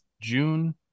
June